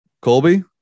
colby